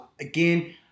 again